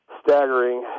staggering